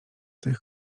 tych